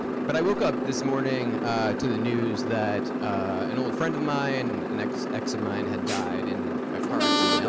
but i woke up this morning to the news that an old friend of mine, an ex ex of mine had died in a car accident